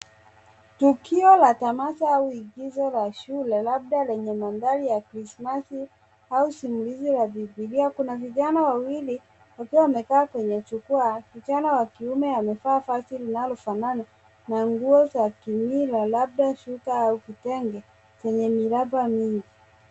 Tukio la tamasha au igizo la shule labda lenye mandhari ya krisimasi au simulizi ya bibilia. Kuna vijana wawili wakiwa wamekaa kwenye jukwaa. Kijana wa kiume amevaa vazi linalofanana na nguo za kimila labda shuka au kitenge chenye miraba mingi.